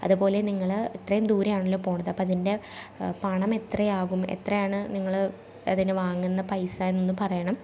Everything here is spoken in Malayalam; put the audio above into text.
അതെ പോലെ നിങ്ങൾ ഇത്രയും ദൂരയാണല്ലൊ പോകുന്നത് അപ്പം അതിൻ്റെ പണം എത്രയാകും എത്രയാണ് നിങ്ങൾ അതിന് വാങ്ങുന്ന പൈസ എന്നൊന്ന് പറയണം